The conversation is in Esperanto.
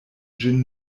ĝin